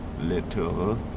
little